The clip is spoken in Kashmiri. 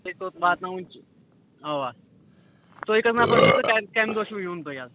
تُہۍ کوٚت واتنإنۍ چھِ اَوا تُہۍ کٔژ نَفر چھِو تہٕ کٔمہِ کٔمہِ دۅہ چھُو یُن تۅہہِ حظ